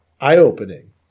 eye-opening